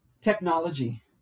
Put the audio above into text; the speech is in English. Technology